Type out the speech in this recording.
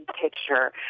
picture